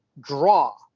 draw